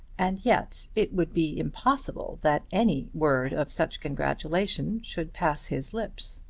and yet it would be impossible that any word of such congratulation should pass his lips.